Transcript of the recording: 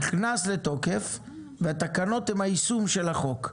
נכנס לתוקף והתקנות הן היישום של החוק.